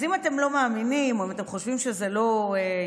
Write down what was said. אז אם אתם לא מאמינים או אם אתם חושבים שזה לא ישפיע,